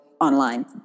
online